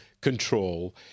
control